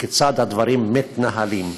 וכיצד הדברים מתנהלים.